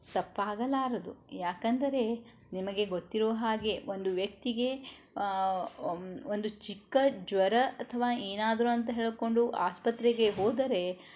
ತಪ್ಪಾಗಲಾರದು ಯಾಕಂದರೆ ನಿಮಗೆ ಗೊತ್ತಿರುವ ಹಾಗೆ ಒಂದು ವ್ಯಕ್ತಿಗೆ ಒಂದು ಚಿಕ್ಕ ಜ್ವರ ಅಥವಾ ಏನಾದರೂ ಅಂತ ಹೇಳ್ಕೊಂಡು ಆಸ್ಪತ್ರೆಗೆ ಹೋದರೆ